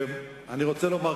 אני רוצה לומר,